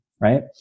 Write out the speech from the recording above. right